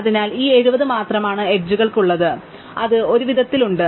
അതിനാൽ ഈ 70 മാത്രമാണ് എഡ്ജുകൾള്ളത് അതിനാൽ ഞങ്ങൾക്ക് അത് ഒരു വിധത്തിൽ ഉണ്ട്